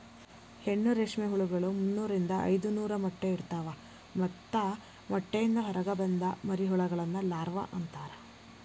ಹೆಣ್ಣು ರೇಷ್ಮೆ ಹುಳಗಳು ಮುನ್ನೂರಿಂದ ಐದನೂರ ಮೊಟ್ಟೆ ಇಡ್ತವಾ ಮತ್ತ ಮೊಟ್ಟೆಯಿಂದ ಹೊರಗ ಬಂದ ಮರಿಹುಳಗಳನ್ನ ಲಾರ್ವ ಅಂತಾರ